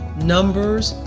numbers,